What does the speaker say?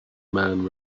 man